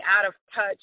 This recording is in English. out-of-touch